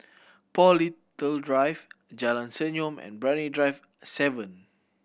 Paul Little Drive Jalan Senyum and Brani Drive Seven